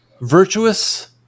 virtuous